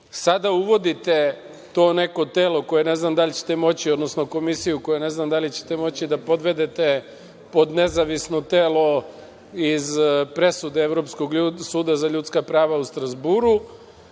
sada uvodite to neko telo koje ne znam da li ćete moći, odnosno komisiju koja ne znam da li ćete moći da podvedete pod nezavisno telo iz presude Evropskog suda za ljudska prava u Strazburu.